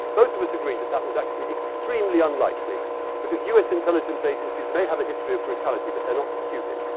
both of us agreed that that was actually extremely unlikely because us intelligence agencies may have a history of brutality, but they're not stupid.